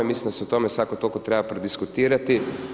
Mislim da se o tome svako toliko treba prodiskutirati.